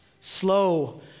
Slow